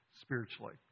spiritually